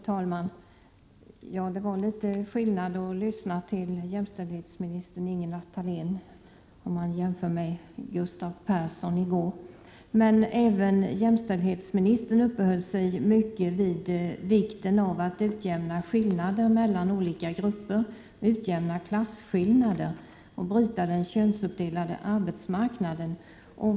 Fru talman! Det var litet skillnad att lyssna till jämställdhetsministern, om man jämför med vad Gustav Persson sade i går. Men även jämställdhetsministern uppehöll sig mycket vid vikten av att utjämna skillnader mellan olika grupper, utjämna klasskillnader och bryta den könsuppdelade arbetsmarknaden.